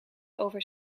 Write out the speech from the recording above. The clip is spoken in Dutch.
over